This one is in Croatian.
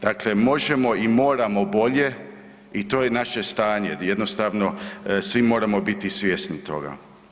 Dakle možemo i moramo bolje i to je naše stanje di jednostavno svi moramo biti svjesni toga.